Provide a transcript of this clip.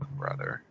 brother